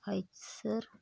फ सर